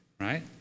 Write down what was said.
right